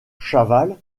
chaval